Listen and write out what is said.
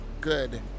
good